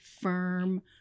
firm